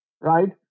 right